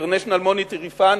International Monetary Fund,